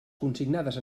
consignades